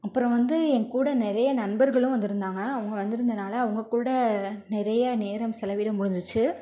அப்புறம் வந்து என் கூட நிறைய நண்பர்களும் வந்துருந்தாங்க அவங்க வந்துருந்தனால் அவங்க கூட நிறைய நேரம் செலவிட முடிஞ்சிச்சு